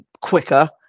quicker